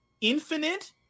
Infinite